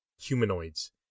humanoids